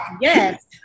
Yes